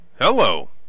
Hello